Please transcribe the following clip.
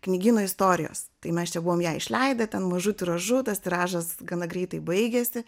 knygyno istorijos tai mes čia buvom ją išleidę ten mažu tiražu tas tiražas gana greitai baigėsi